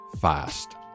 fast